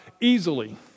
easily